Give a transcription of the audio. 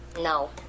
No